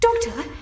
Doctor